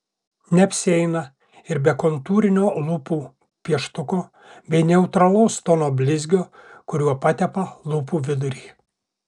neapsieina ir be kontūrinio lūpų pieštuko bei neutralaus tono blizgio kuriuo patepa lūpų vidurį